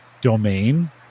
domain